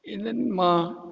इन्हनि मां